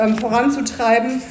voranzutreiben